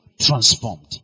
transformed